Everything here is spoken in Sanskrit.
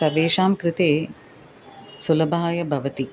सर्वेषां कृते सुलभाय भवति